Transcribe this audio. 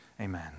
amen